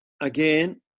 Again